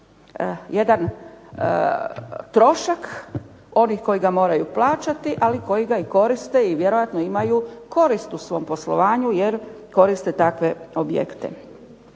jedan trošak ovi koji ga moraju plaćati, ali i koji ga koriste i vjerojatno imaju korist u svom poslovanju, jer koriste takve objekte.